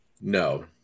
No